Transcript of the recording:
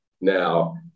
now